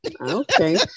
Okay